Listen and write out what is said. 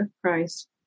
Christ